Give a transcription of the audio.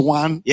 one